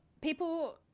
People